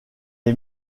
est